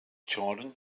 jordan